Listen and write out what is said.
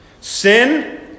Sin